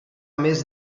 més